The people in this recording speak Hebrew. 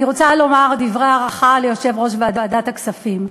אני רוצה לומר דברי הערכה ליושב-ראש ועדת הכספים.